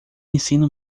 ensino